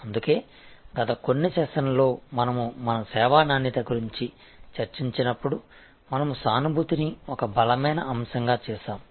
అందుకే గత కొన్ని సెషన్లలో మనము మన సేవా నాణ్యత గురించి చర్చించినప్పుడు మనము సానుభూతిని ఒక బలమైన అంశంగా చేశాము